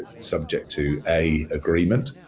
ah subject to, a, agreement.